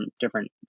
different